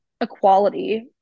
equality